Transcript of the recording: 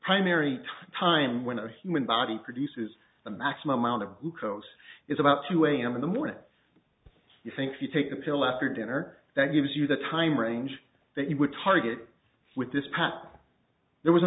primary time when a human body produces a maximum amount of glucose is about two am in the morning you think if you take a pill after dinner that gives you the time range that you would target with this pap there was a